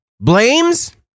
blames